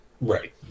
Right